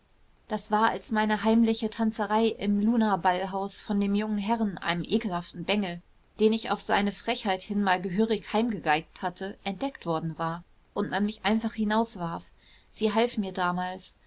das war als meine heimliche tanzerei im lunaballhaus von dem jungen herrn einem ekelhaften bengel den ich auf seine frechheiten hin mal gehörig heimgegeigt hatte entdeckt worden war und man mich einfach hinauswarf sie half mir damals